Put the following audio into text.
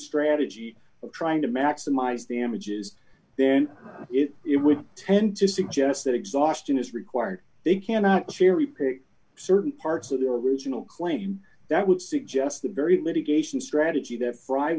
strategy d of trying to maximize the images then it would tend to suggest that exhaustion is required they cannot cherry pick certain parts of their original claim that would suggest a very litigation strategy that fried